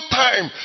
time